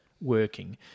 working